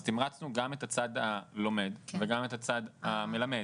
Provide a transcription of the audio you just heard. אז תמרצנו גם את הצד הלומד וגם את הצד המלמד,